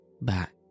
back